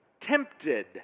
tempted